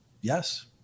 Yes